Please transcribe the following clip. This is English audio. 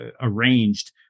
arranged